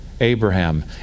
Abraham